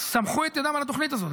סמכו את ידם על התוכנית הזאת,